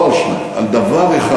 לא על שניים, על דבר אחד